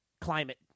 Climate